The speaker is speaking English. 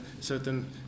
certain